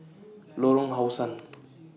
Lorong How Sun